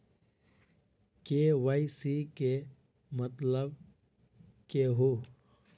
KYC के मतलब केहू?